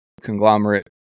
conglomerate